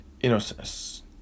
innocence